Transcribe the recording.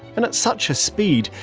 and at such a speed,